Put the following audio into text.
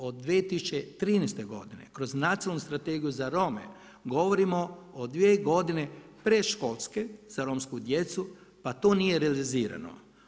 Od 2013. godine, kroz Nacionalnu strategiju za Rome, govorimo od 2 godine predškolske, za romsku djecu pa to nije realizirano.